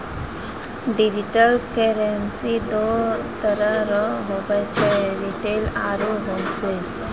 digital currency दो तरह रो हुवै छै रिटेल आरू होलसेल